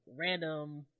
random